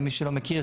למי שלא מכיר,